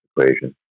equation